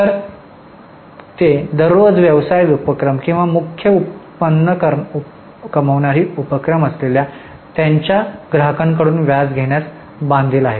तर ते दररोज व्यवसाय उपक्रम किंवा मुख्य उत्पन्न कमावणारी उपक्रम असलेल्या त्यांच्या ग्राहकांकडून व्याज घेण्यास बांधील आहेत